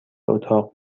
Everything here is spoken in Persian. اتاق